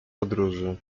podróży